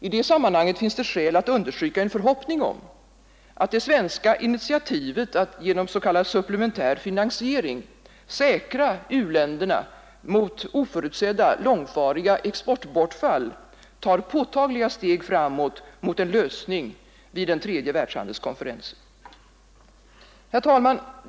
I det sammanhanget finns det skäl att understryka en förhoppning om att det svenska initiativet att genom s.k. supplementär finansiering säkra u-länderna mot oförutsedda långvariga exportbortfall tar påtagliga steg framåt mot en lösning vid den tredje världshandelskonferensen. Herr talman!